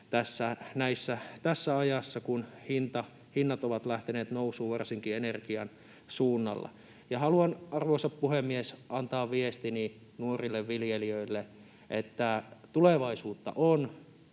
tässä ajassa, kun hinnat ovat lähteneet nousuun varsinkin energian suunnalla. Haluan, arvoisa puhemies, antaa viestini nuorille viljelijöille, että tulevaisuutta on.